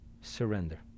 surrender